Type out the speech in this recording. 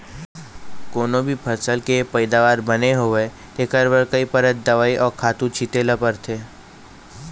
कोनो भी फसल के पइदावारी बने होवय तेखर बर कइ परत दवई अउ खातू छिते ल परथे